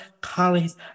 colleagues